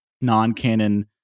non-canon